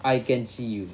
I can see you